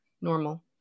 normal